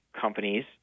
companies